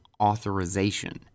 authorization